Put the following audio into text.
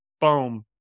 boom